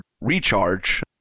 recharge